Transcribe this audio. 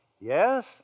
Yes